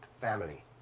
family